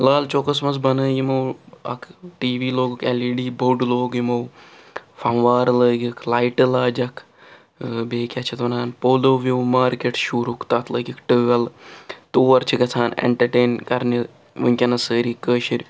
لال چوکَس منٛز بَنٲو یِمو اَکھ ٹی وی لوگُکھ اٮ۪ل اِی ڈی بوٚڈ لوٚگ یِمو فَموار لٲگِکھ لایٹہٕ لاجَکھ بیٚیہِ کیٛاہ چھِ اَتھ وَنان پولو وِِیو مارکٮ۪ٹ شوٗرُک تَتھ لٲگِکھ ٹٲل تور چھِ گَژھان ایٮٚنٹَرٹین کَرنہِ وُنکٮ۪نَس سٲری کٲشِرۍ